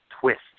twist